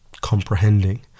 comprehending